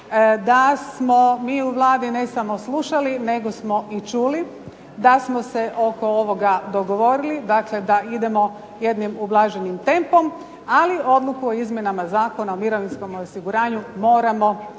da smo mi u Vladi ne samo slušali nego smo i čuli, da smo se oko ovoga dogovorili, dakle da idemo jednim ublaženim tempom, ali odluku o izmjenama Zakona o mirovinskom osiguranju moramo